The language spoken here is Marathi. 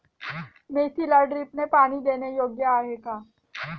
मेथीला ड्रिपने पाणी देणे योग्य आहे का?